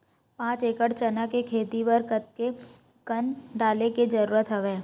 पांच एकड़ चना के खेती बर कते कन डाले के जरूरत हवय?